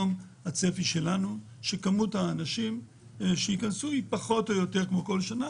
הצפי שלנו הוא שכמות האנשים שייכנסו תהיה פחות או יותר כמו כל שנה,